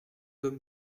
comme